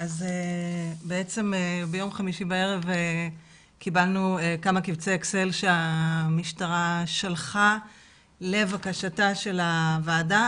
ביום חמישי בערב קיבלנו כמה קובצי אקסל שהמשטרה שלחה לבקשתה של הוועדה,